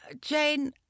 Jane